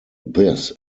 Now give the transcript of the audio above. this